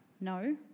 No